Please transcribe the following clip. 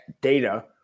data